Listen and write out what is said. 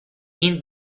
این